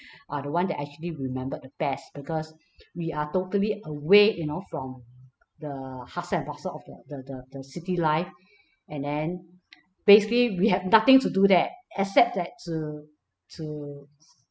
are the one that I actually remembered the best because we are totally away you know from the hustle and bustle of the the the the city life and then basically we have nothing to do there except that to to